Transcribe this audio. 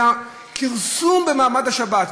אלא, כרסום במעמד השבת.